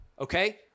Okay